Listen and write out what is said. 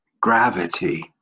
Gravity